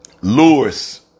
Lewis